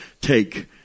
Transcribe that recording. take